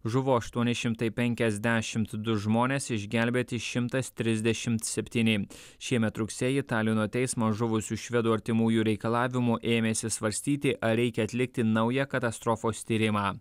žuvo aštuoni šimtai penkiasdešimt du žmonės išgelbėti šimtas trisdešimt septyni šiemet rugsėjį talino teismas žuvusių švedų artimųjų reikalavimu ėmėsi svarstyti ar reikia atlikti naują katastrofos tyrimą